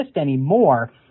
anymore